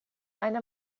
eine